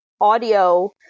audio